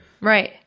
Right